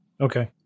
Okay